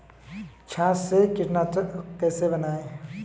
छाछ से कीटनाशक कैसे बनाएँ?